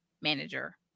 manager